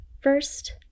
first